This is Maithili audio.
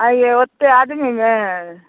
आँइयै ओतेक आदमीमे